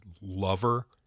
lover